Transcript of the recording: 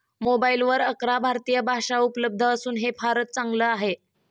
मोबाईलवर अकरा भारतीय भाषा उपलब्ध असून हे फारच चांगल आहे